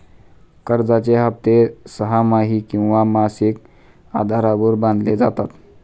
कर्जाचे हप्ते सहामाही किंवा मासिक आधारावर बांधले जातात